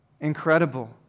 Incredible